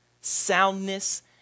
soundness